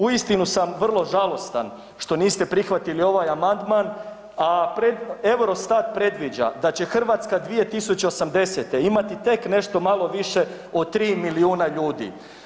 Uistinu sam vrlo žalostan što niste prihvatili ovaj amandman, a Eurostat predviđa da će Hrvatska 2080. imati tek nešto malo više od 3 milijuna ljudi.